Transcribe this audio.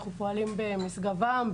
אנחנו פועלים במשגב עם,